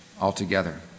altogether